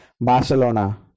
barcelona